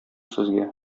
сезгә